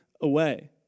away